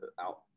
out